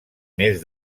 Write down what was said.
més